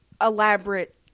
elaborate